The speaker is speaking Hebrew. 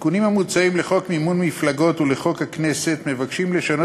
התיקונים המוצעים לחוק מימון מפלגות ולחוק הכנסת מבקשים לשנות